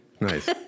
Nice